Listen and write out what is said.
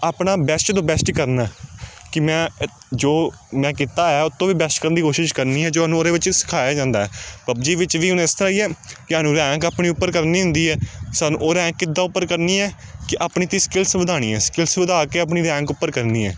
ਆਪਣਾ ਬੈਸਟ ਤੋਂ ਬੈਸਟ ਕਰਨਾ ਕਿ ਮੈਂ ਜੋ ਮੈਂ ਕੀਤਾ ਆ ਉਹ ਤੋਂ ਵੀ ਬੈਸਟ ਕਰਨ ਦੀ ਕੋਸ਼ਿਸ਼ ਕਰਨੀ ਹੈ ਜੋ ਉਹਨੂੰ ਉਹਦੇ ਵਿੱਚ ਸਿਖਾਇਆ ਜਾਂਦਾ ਪੱਬਜੀ ਵਿੱਚ ਵੀ ਹੁਣ ਇਸ ਤਰ੍ਹਾਂ ਹੀ ਹੈ ਕਿ ਸਾਨੂੰ ਰੈਂਕ ਆਪਣੀ ਉੱਪਰ ਕਰਨੀ ਹੁੰਦੀ ਹੈ ਸਾਨੂੰ ਉਹ ਰੈਂਕ ਕਿੱਦਾਂ ਉੱਪਰ ਕਰਨੀ ਹੈ ਕਿ ਆਪਣੀ ਤੁਸੀਂ ਸਕਿਲਸ ਵਧਾਉਣੀ ਹੈ ਸਕਿਲਸ ਵਧਾ ਕੇ ਆਪਣੀ ਰੈਂਕ ਉੱਪਰ ਕਰਨੀ ਹੈ